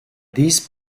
these